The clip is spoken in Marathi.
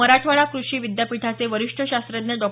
मराठवाडा कृषि विद्यापीठाचे वरिष्ठ शास्त्रज्ञ डॉ